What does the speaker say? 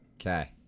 Okay